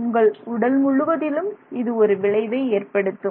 உங்கள் உடல் முழுவதிலும் இது ஒரு விளைவை ஏற்படுத்தும்